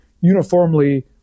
uniformly